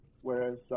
Whereas